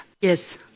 Yes